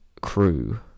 crew